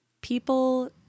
people